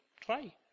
try